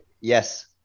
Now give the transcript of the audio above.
Yes